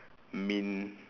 mean